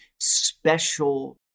special